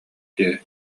киһи